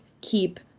keep